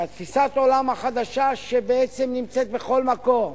תפיסת העולם החדשה בעצם נמצאת בכל מקום.